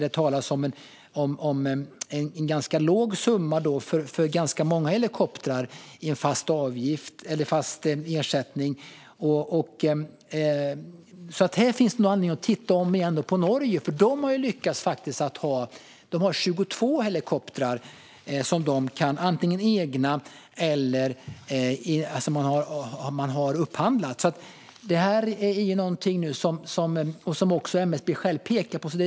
Det talas om en ganska låg summa för ganska många helikoptrar i en fast ersättning. Här finns det nog anledning att åter titta på Norge. De har 22 helikoptrar, antingen egna eller sådana som de har upphandlat. Detta är också något som MSB själva pekar på.